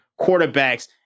quarterbacks